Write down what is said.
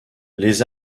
les